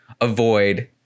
avoid